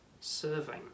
serving